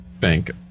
bank